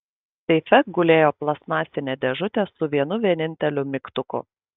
seife gulėjo plastmasinė dėžutė su vienu vieninteliu mygtuku